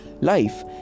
Life